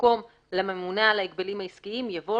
במקום "לממונה על הגבלים עסקיים" יבוא